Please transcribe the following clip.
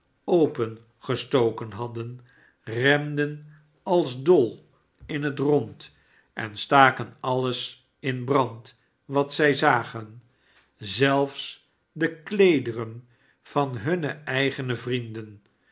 opengestoken hadden renden als dol in het rond en staken alles in brand wat zij zagen zelfs de kleederen van hunne eigene vrienden